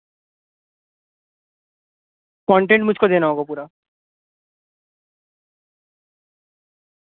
content مجھ کو دینا ہوگا پورا